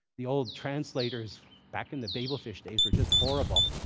the old translators back in the babel fish days were just horrible.